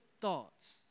thoughts